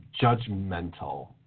judgmental